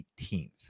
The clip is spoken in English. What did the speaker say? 18th